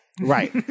Right